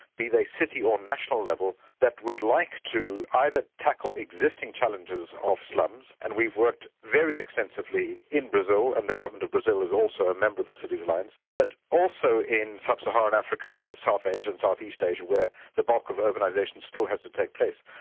be they city or national level, that would like to either tackle existing challenges of slums and we've worked very extensively in brazil and the government of brazil is also a member of the city alliance but also in sub-saharan africa, south asia and south-east asia where the bulk of urbanisation still have to take place.